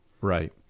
Right